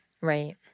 Right